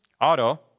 Auto